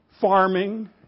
farming